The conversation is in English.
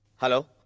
hello!